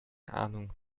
ahnung